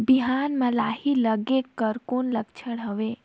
बिहान म लाही लगेक कर कौन लक्षण हवे?